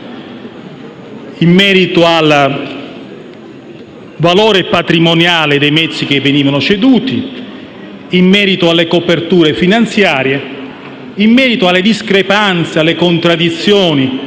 in merito al valore patrimoniale dei mezzi che venivano ceduti, alle coperture finanziarie, alle discrepanze, alle contraddizioni